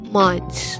months